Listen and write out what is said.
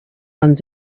runs